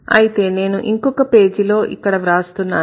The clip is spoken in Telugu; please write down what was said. అయితే నేను ఇంకొక పేజీలో ఇక్కడ వ్రాస్తున్నాను